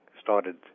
started